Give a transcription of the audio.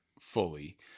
fully